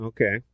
Okay